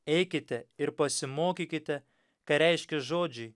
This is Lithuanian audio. eikite ir pasimokykite ką reiškia žodžiai